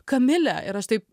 kamile ir aš taip